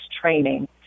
training